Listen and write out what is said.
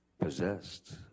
possessed